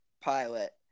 pilot